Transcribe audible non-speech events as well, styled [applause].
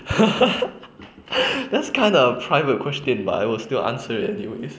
[laughs] that's kind of private question but I'll still answer it anyway